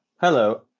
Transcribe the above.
Hello